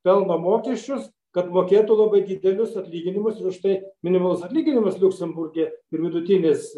pelno mokesčius kad mokėtų labai didelius atlyginimus ir už tai minimalus atlyginimas liuksemburge ir vidutinis